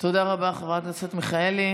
תודה רבה, חברת הכנסת מיכאלי.